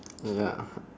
ya